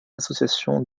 associations